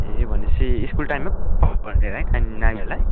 ए भनेपछि स्कुल टाइममा नै पठाउनु पऱ्यो है नानीलाई